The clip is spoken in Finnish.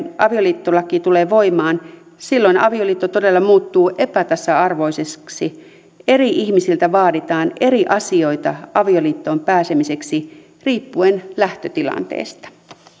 avioliittolaki tulee voimaan silloin avioliitto todella muuttuu epätasa arvoiseksi eri ihmisiltä vaaditaan eri asioita avioliittoon pääsemiseksi riippuen lähtötilanteesta